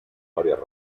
varias